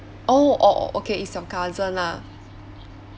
oh orh okay is your cousin lah